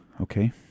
Okay